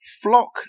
Flock